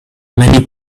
many